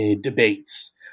debates